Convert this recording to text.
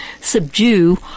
subdue